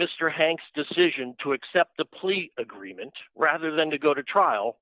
mr hanks decision to accept the plea agreement rather than to go to trial